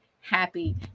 happy